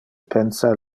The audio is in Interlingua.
pensa